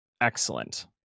excellent